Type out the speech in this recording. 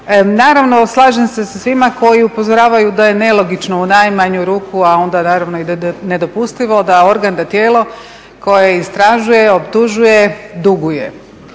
Naravno slažem se sa svima koji upozoravaju da je nelogično u najmanju ruku a onda naravno i nedopustivo da organ, da tijelo koje istražuje, optužuje duguje.